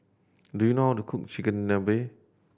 do you know how to cook Chigenabe